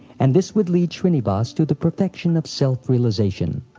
and this would lead shrinivas to the perfection of self realization.